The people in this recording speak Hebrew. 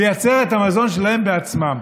לייצר את המזון שלהן בעצמן.